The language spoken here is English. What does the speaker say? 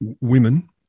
women